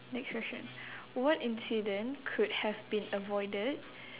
next question what incident could have been avoided